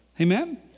Amen